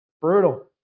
Brutal